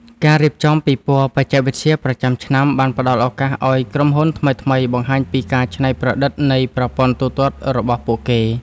ការរៀបចំពិព័រណ៍បច្ចេកវិទ្យាប្រចាំឆ្នាំបានផ្តល់ឱកាសឱ្យក្រុមហ៊ុនថ្មីៗបង្ហាញពីការច្នៃប្រឌិតនៃប្រព័ន្ធទូទាត់របស់ពួកគេ។